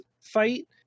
fight